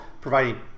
providing